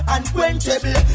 Unquenchable